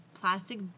plastic